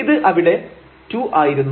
ഇത് അവിടെ 2 ആയിരുന്നു